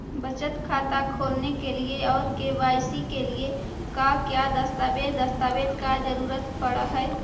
बचत खाता खोलने के लिए और के.वाई.सी के लिए का क्या दस्तावेज़ दस्तावेज़ का जरूरत पड़ हैं?